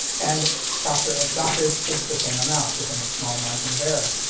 and, shocker of shockers, it's the same amount, within a small margin of error.